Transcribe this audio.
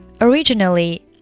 Originally